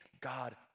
God